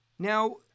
Now